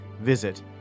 Visit